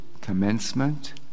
commencement